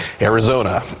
Arizona